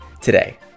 today